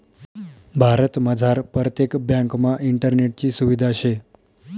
भारतमझार परतेक ब्यांकमा इंटरनेटनी सुविधा शे